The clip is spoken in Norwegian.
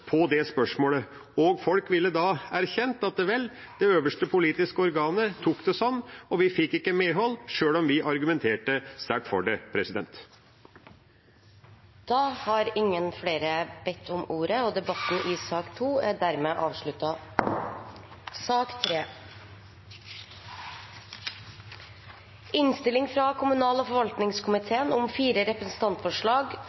det spørsmålet. Folk ville da erkjent at det øverste politiske organet tok den, og at en ikke fikk medhold sjøl om en argumenterte sterkt for det. Flere har ikke bedt om ordet til sak nr. 2. Etter ønske fra kommunal- og forvaltningskomiteen vil presidenten foreslå at taletiden blir begrenset til 5 minutter til hver partigruppe og